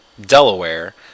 Delaware